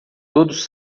todos